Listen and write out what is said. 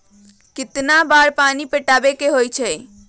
कितना बार पानी पटावे के होई छाई?